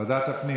ועדת הפנים.